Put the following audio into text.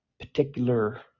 particular